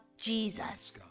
Jesus